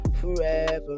forever